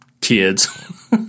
kids